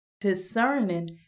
discerning